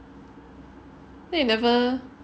why you never